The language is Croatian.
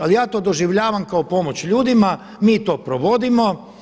Ali ja to doživljavam kao pomoć ljudima, mi to provodimo.